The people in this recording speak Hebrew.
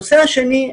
הנושא השני,